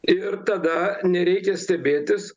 ir tada nereikia stebėtis